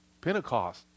Pentecost